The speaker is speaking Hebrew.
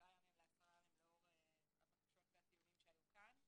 אני לא עובדת אצלכם.